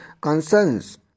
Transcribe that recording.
concerns